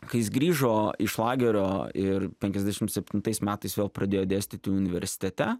kai jis grįžo iš lagerio ir penkiasdešim septintais metais jau pradėjo dėstyti universitete